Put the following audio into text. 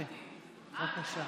בבקשה.